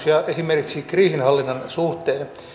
esimerkiksi kriisinhallinnan suhteen